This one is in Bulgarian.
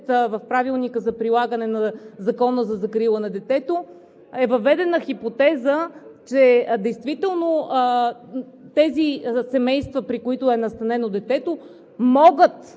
в Правилника за прилагане на Закона за закрила на детето е въведена хипотеза, че действително семействата, при които е настанено детето, могат